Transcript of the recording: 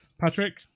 Patrick